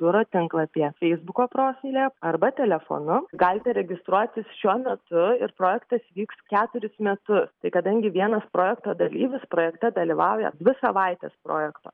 biuro tinklapyje feisbuko profilyje arba telefonu galite registruotis šiuo metu ir projektas vyks keturis metus tai kadangi vienas projekto dalyvis projekte dalyvauja dvi savaites projekto